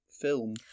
film